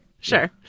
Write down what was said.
Sure